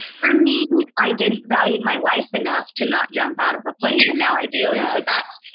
for me, i didn't value my life enough to not jump out of a plane, and now i do. and so that's,